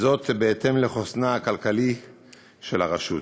וזאת בהתאם לחוסנה הכלכלי של הרשות.